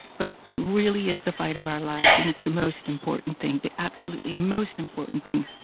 but it really is the fight of our lives and it's the most important thing, the absolutely most important thing.